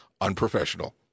unprofessional